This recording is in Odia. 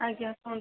ଆଜ୍ଞା କୁହନ୍ତୁ